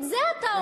את זה אתה אומר.